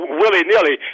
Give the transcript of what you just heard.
willy-nilly